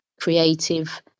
creative